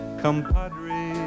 compadre